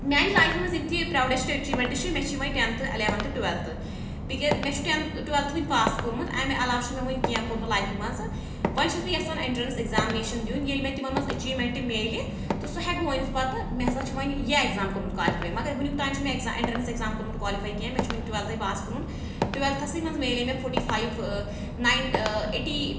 میٛانہِ لایفہِ منٛز یِم تہِ پرٛوڈیٚسٹہٕ اچیٖومیٚنٹٕس چھِ مےٚ چھِ یِمٔے ٹیٚنتھہِ الیوَنتھہٕ ٹُویٚلتھہِ تِکیٛازِ مےٚ چھُ ٹیٚنتھہٕ ٹُویٚلتھہٕ وُنہِ پاس کوٚرمُت اَمہِ علاوٕ چھُنہٕ مےٚ وُنہِ کیٚنہہ کوٚرمُت لایفہِ منٛز وۄنۍ چھیٚس بہٕ یَژھان ایٚنٹَرٛنٕس ایٚگزامنیشَن دیٛن ییٚلہِ مےٚ تِمَن منٛز اچیٖومیٚنٹہٕ میلہِ تہٕ سُہ ہیٚکہٕ بہٕ ؤنِتھ پَتہٕ مےٚ ہسا چھُ وۄنۍ یہِ ایٚگزام کوٚرمُت کوالِفے مَگر وُنیٛک تانۍ چھُنہٕ مےٚ ایٚگزام ایٚنٹرٛنٕس ایٚگزام کوٚرمُت کوالِفے کیٚنٛہہ مےٚ چھُ وُنہِ ٹُویٚلتھٔے پاس کوٚرمُت ٹُویٚلتھسٕے منٛز میلے مےٚ فورٹی فایو ٲں نایِن ٲں ایٹی